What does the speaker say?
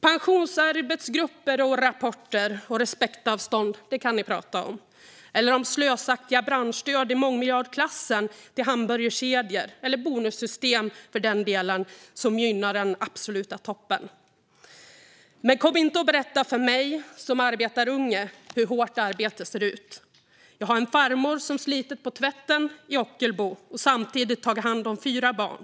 Pensionsarbetsgrupper, rapporter och respektavstånd kan ni prata om - eller om slösaktiga branschstöd i mångmiljardklassen till hamburgerkedjor eller, för den delen, bonussystem som gynnar den absoluta toppen. Men kom inte och berätta för mig, som arbetarunge, hur hårt arbete ser ut! Jag har en farmor som har slitit på tvätten i Ockelbo och samtidigt tagit hand om fyra barn.